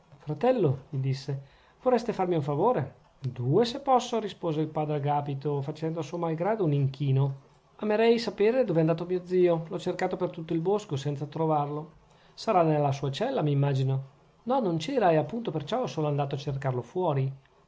fratello gli disse vorreste farmi un favore due se posso rispose il padre agapito facendo a suo malgrado un inchino amerei sapere dov'è andato mio zio l'ho cercato per tutto il bosco senza trovarlo sarà nella sua cella m'immagino no non c'era e appunto per ciò sono andato a cercarlo fuori